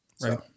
Right